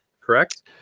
Correct